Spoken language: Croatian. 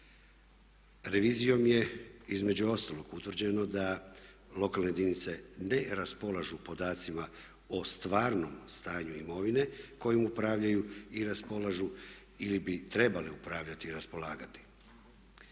Revizijom je između ostalog utvrđeno da lokalne jedinice ne raspolažu podacima o stvarnom stanju imovine kojim upravljaju i raspolažu ili bi trebale upravljati i raspolagati.